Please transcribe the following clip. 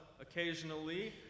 occasionally